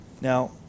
Now